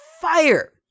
fire